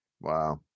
Wow